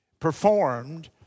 performed